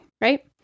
right